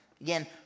Again